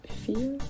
fear